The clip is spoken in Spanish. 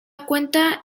cuenta